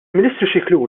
ministru